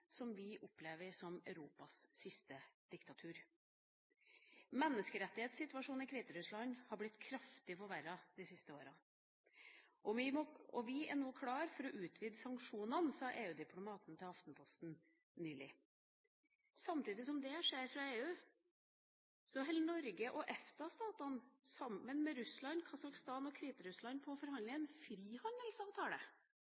som vi opplever som Europas siste diktatur. «Menneskerettighetssituasjonen i Hviterussland er blitt kraftig forverret det siste året, og vi er nå klare til å utvide sanksjonene», sa en EU-diplomat til Aftenposten nylig. Samtidig som det skjer fra EUs side, holder Norge og EFTA-statene, sammen med Russland, Kasakhstan og Hviterussland, på å forhandle